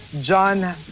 John